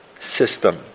system